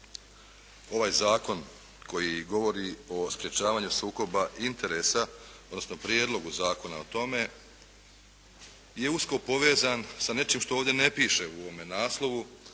ovaj zakon koji govori o sprječavanju sukoba interesa, odnosno prijedlogu zakona o tome je usko povezan sa nečim što ovdje ne piše u ovome naslovu,